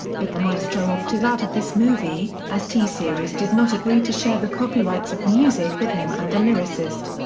but the maestro opted out of this movie, as t-series did not agree to share the copyrights of music with him and the lyricist.